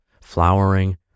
flowering